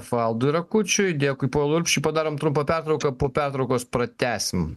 valdui rakučiui dėkui povilui rukščiui padarom trumpą pertrauką po petraukos pratęsim